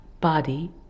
body